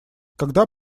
когда